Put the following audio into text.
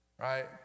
right